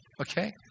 Okay